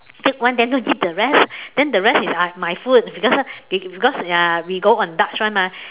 take one then don't eat the rest then the rest is I my food because it we go on dutch [one] mah